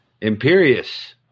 Imperious